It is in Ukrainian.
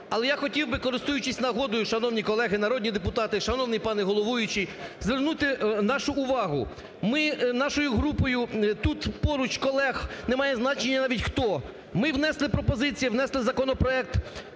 Але я хотів би, користуючись нагодою, шановні колеги народні депутати, шановний пане головуючий, звернути нашу увагу, ми нашою групою, тут поруч колег, немає значення навіть хто, ми внесли пропозиції, внесли законопроект